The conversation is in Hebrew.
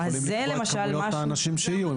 שיכולים לקבוע את כמויות האנשים שיהיו.